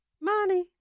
money